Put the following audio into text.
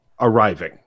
arriving